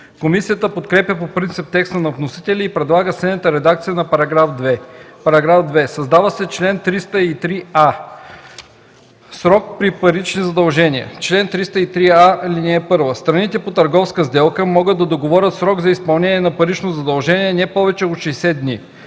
Комисията подкрепя по принцип текста на вносителя и предлага следната редакция на § 2: „§ 2. Създава се чл. 303а: „Срок при парични задължения Чл. 303а. (1) Страните по търговска сделка могат да договорят срок за изпълнение на парично задължение не повече от 60 дни.